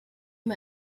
mir